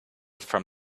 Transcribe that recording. from